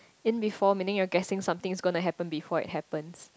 in B four meaning you're guessing something's gonna happen before it happens